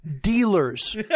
dealers